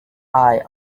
eye